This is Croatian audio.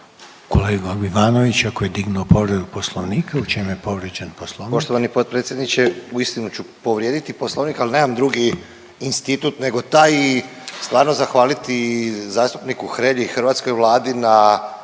Kolega Glavašević dignuo je povredu poslovnika, u čem je povrijeđen poslovnik?